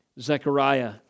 Zechariah